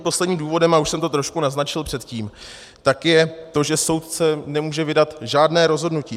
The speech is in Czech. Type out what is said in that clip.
Posledním důvodem, a už jsem to trošku naznačil předtím, je to, že soudce nemůže vydat žádné rozhodnutí.